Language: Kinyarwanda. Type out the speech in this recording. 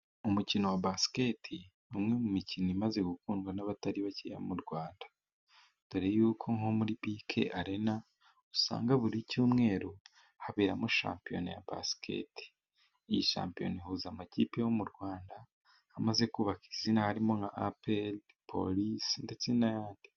Umukino wa basketbali, umwe mu mikino imaze gukundwa n'abatari bake mu rwanda. Dore y'uko nko muri bike Arena, usanga buri cyumweru haberamo shampiyona ya basketball. Iyi shampiyona ihuza amakipe yo mu Rwanda amaze kubaka izina. Harimo nka apr, police ndetse n'ayandi.